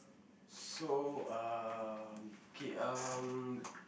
so um K um